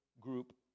group